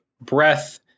breath